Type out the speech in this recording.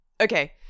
okay